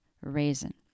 raisin